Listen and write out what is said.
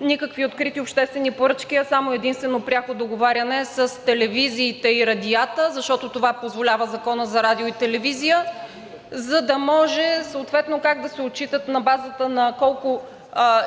никакви обществени поръчки, а само и единствено пряко договаряне с телевизиите и радиата, защото това позволява Законът за радиото и телевизията, за да може съответно да отчитат на базата на